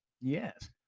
Yes